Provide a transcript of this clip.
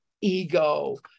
ego